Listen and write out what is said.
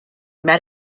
met